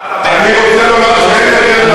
אני רוצה לומר שאין יותר,